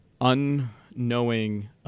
unknowing